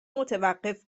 متوقف